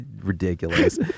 ridiculous